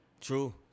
true